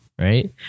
right